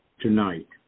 tonight